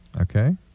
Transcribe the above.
okay